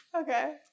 Okay